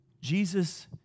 Jesus